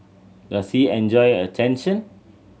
does he enjoy attention